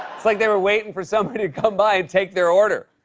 it's like they were waiting for somebody to come by and take their order.